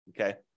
okay